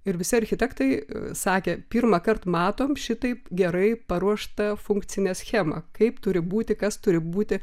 ir visi architektai sakė pirmąkart matom šitaip gerai paruošta funkcinę schemą kaip turi būti kas turi būti